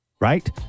right